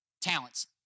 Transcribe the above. talents